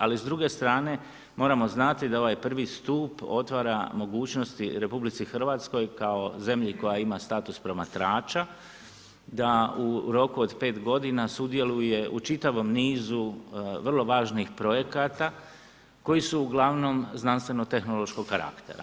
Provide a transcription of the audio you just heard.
Ali s druge strane, moramo znati da ovaj prvi stup otvara mogućnosti RH kao zemlji koja ima status promatrača da u roku od 5 godina sudjeluje u čitavom nizu vrlo važnih projekata koji su uglavnom znanstveno-tehnološkog karaktera.